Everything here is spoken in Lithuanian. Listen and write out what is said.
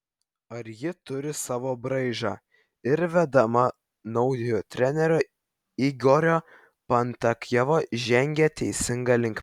ar ji turi savo braižą ir vedama naujojo trenerio igorio pankratjevo žengia teisinga linkme